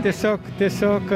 tiesiog tiesiog